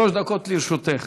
שלוש דקות לרשותך.